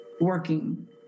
working